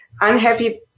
unhappy